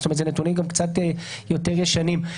זאת אומרת, אלה נתונים קצת יותר ישנים.